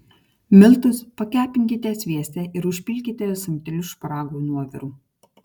miltus pakepinkite svieste ir užpilkite samteliu šparagų nuoviru